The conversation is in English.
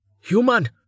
Human